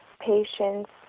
patients